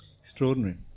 Extraordinary